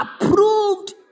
approved